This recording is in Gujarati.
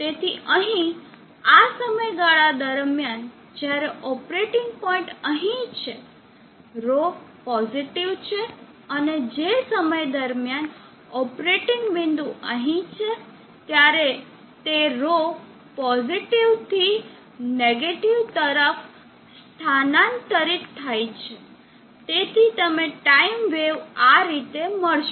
તેથી અહીં આ સમયગાળા દરમિયાન જ્યારે ઓપરેટિંગ પોઇન્ટ અહીં છે ρ પોઝિટિવ છે અને જે સમય દરમ્યાન ઓપરેટિંગ બિંદુ અહીં છે ત્યારે તે ρ પોઝિટિવ થી નેગેટીવ તરફ સ્થાનાંતરિત થાય છે તેથી તમે ટાઇમ વેવ આ રીતે મળશે